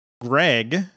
Greg